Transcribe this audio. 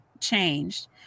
changed